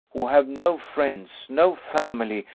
who have no friends, no family,